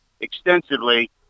extensively